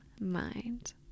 mind